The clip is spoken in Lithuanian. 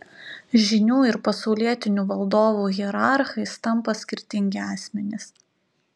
žynių ir pasaulietinių valdovų hierarchais tampa skirtingi asmenys